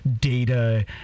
data